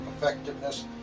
effectiveness